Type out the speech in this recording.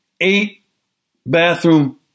eight-bathroom